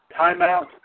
timeout